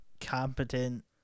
competent